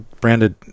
branded